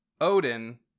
Odin